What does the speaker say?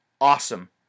awesome